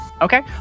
Okay